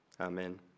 Amen